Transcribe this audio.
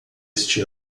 este